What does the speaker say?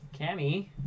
Cammy